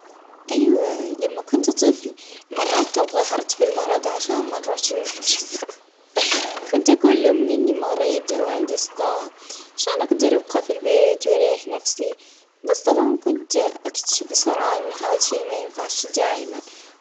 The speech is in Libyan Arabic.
اه أكيد اه ندير في روحي مريضة بلعاني باش نجعد في الحوش اه